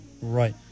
Right